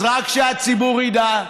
אז רק שהציבור ידע: